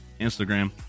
Instagram